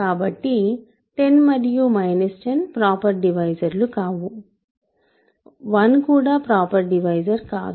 కాబట్టి 10 మరియు 10 ప్రాపర్ డివైజర్లు కావు 1 కూడా ప్రాపర్ డివైజర్ కాదు